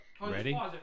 Ready